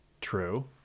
true